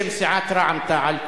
בשם סיעת רע"ם-תע"ל,